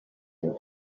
were